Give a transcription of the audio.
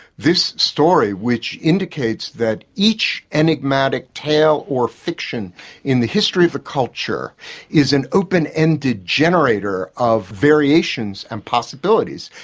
this story which indicates that each enigmatic tale or fiction in the history of the culture is an open-ended generator of variations and possibilities.